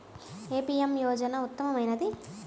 ఏ PM యోజన ఉత్తమమైనది?